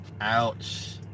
Ouch